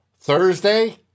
Thursday